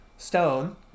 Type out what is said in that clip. Stone